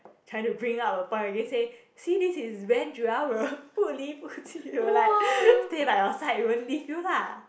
trying to bring up a point again say see this is when Joel will will like stay like your side won't leave you lah